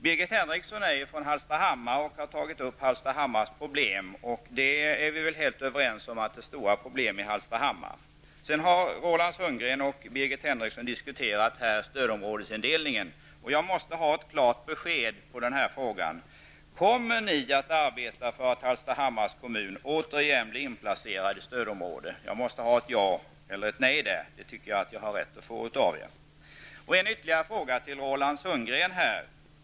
Birgit Henriksson är ju från Hallstahammar och har tagit upp Hallstahammars problem. Vi är helt överens om att det är stora problem i Hallstahammar. Sedan har Roland Sundgren och Birgit Henriksson diskuterat stödområdesindelningen. Jag måste ha ett klart besked på följande fråga: Kommer ni att arbeta för att Hallstahammars kommun återigen blir inplacerad i stödområdet? Jag måste ha ett ja eller nej på den frågan, det tycker jag att jag har rätt att få. Sundgren.